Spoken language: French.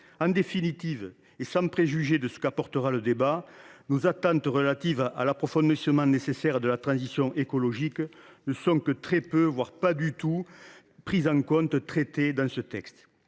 En définitive, et sans préjuger des apports de ce débat, nos attentes relatives à l’approfondissement nécessaire de la transition agroécologique ne sont que très peu, voire pas du tout, prises en compte dans ce texte,